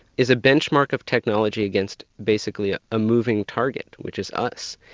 is a benchmark of technology against basically ah a moving target, which is us.